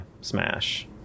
smash